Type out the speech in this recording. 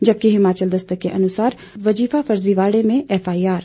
जबकि हिमाचल दस्तक के अनुसार वजीफा फर्जीवाड़े में एफआईआर